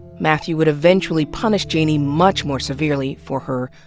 mathew would eventually punish janey much more severely for her,